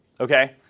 Okay